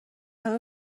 همه